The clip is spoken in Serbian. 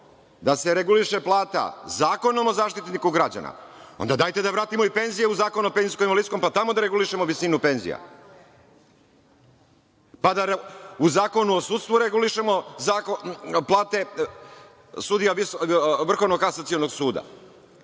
da se reguliše plata Zakonom o Zaštitniku građana, onda dajte da vratimo i penzije u Zakon o penzijsko-invalidskom, pa tamo da regulišemo visinu penzija, pa da u Zakonu o sudstvu regulišemo plate sudija Vrhovnog kasacionog suda,